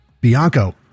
Bianco